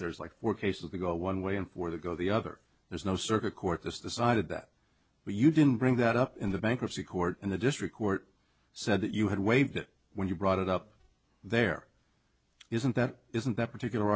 there's like were cases they go one way and where they go the other there's no circuit court has decided that you didn't bring that up in the bankruptcy court and the district court said that you had waived it when you brought it up there isn't that isn't that particular